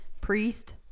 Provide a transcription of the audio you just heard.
priest